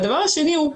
והדבר השני הוא,